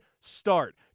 start